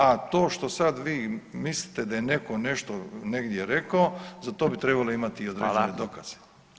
A to što sad vi mislite da je netko nešto negdje rekao za to bi trebali imati i određene dokaze.